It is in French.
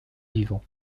vivant